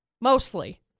Mostly